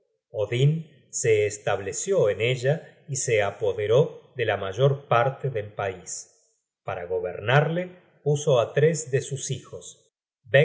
odin se estableció en ella y se apoderó de la mayor parte del pais para gobernarle puso á tres de sus hijos